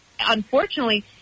unfortunately